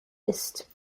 ist